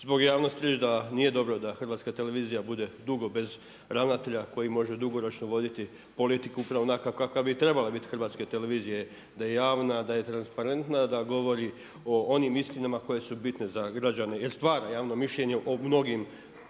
zbog javnosti reći da nije dobro da Hrvatska televizija bude dugo bez ravnatelja koji može dugoročno voditi politiku upravo onako kakva bi trebale biti Hrvatske televizije. Da je javna, da je transparentna, da govori o onim istinama koje su bitne za građane jer stvara javno mišljenje o mnogim